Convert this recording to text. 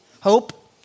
hope